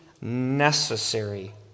necessary